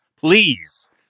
Please